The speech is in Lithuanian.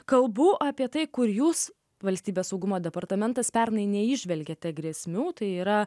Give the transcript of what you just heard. kalbų apie tai kur jūs valstybės saugumo departamentas pernai neįžvelgiate grėsmių tai yra